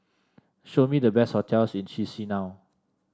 show me the best hotels in Chisinau